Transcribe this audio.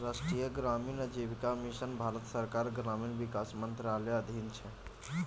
राष्ट्रीय ग्रामीण आजीविका मिशन भारत सरकारक ग्रामीण विकास मंत्रालयक अधीन छै